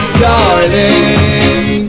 darling